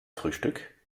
frühstück